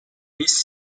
his